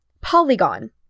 polygon